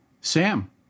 Sam